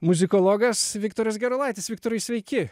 muzikologas viktoras gerulaitis viktorai sveiki